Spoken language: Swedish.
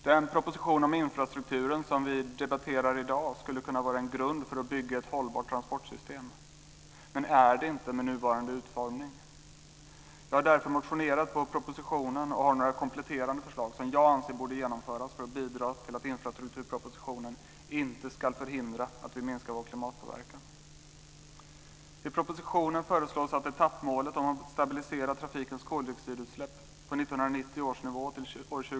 Den proposition om infrastrukturen som vi debatterar i dag skulle kunna vara en grund för att bygga ett hållbart transportsystem, men är det inte med nuvarande utformning. Jag har därför motionerat på propositionen och har några kompletterande förslag som jag anser borde genomföras för att bidra till att infrastrukturpropositionen inte ska förhindra att vi minskar klimatpåverkan. 2010 kvarstår.